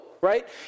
right